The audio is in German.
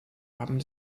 haben